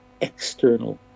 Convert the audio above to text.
external